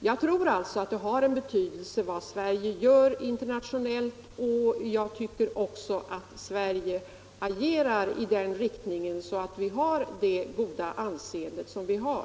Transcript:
Jag tror alltså att det har betydelse vad Sverige gör internationellt, och jag anser även att Sverige är ett föredöme och att vi därför har det goda anseende som vi har.